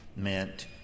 meant